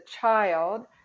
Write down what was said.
child